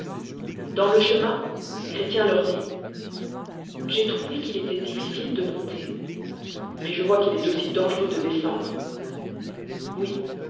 dans le chemin chrétien leur dit j'ai trouvé qu'il étoit difficile de monter mais je voi qdil est aussi dangereux de descendre ui